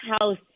House